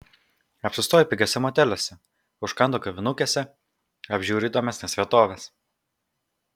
apsistoju pigiuose moteliuose užkandu kavinukėse apžiūriu įdomesnes vietoves